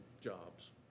jobs